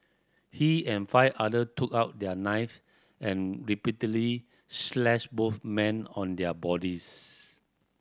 he and five other took out their knife and repeatedly slashed both men on their bodies